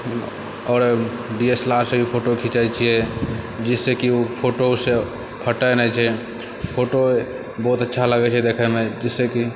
आओर डीएसएलआरसँ भी फोटो खिचै छिए जाहिसँ ओ फोटो ओहिसँ फटै नहि छै फोटो बहुत अच्छा लागै छै देखैमे जाहिसँकि